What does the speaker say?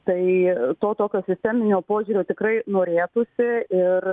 tai to tokio sisteminio požiūrio tikrai norėtųsi ir